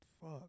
fuck